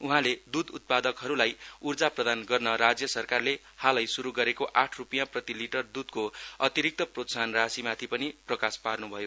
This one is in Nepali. उहाँले द्ध उत्पादकहरूलाई उर्जा प्रदान गर्न राज्य सरकारले हालै सु्रू गरेको आठ रूपियाँ प्रति लिटर दूधको अतिरिक्त प्रोत्साहन राशिमाथि पनि प्रकाश पार्न् भयो